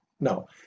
No